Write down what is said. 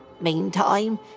meantime